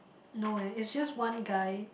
no eh it's just one guy